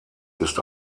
ist